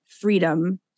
freedom